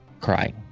crying